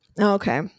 Okay